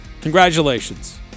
Congratulations